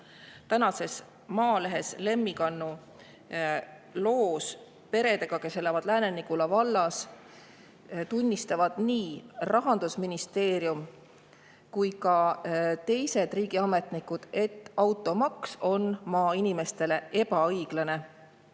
Tänases Maalehes Lemmi Kannu loos peredest, kes elavad Lääne-Nigula vallas, tunnistavad nii Rahandusministeerium kui ka teised riigiametnikud, et automaks on maainimeste suhtes ebaõiglane.